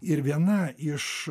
ir viena iš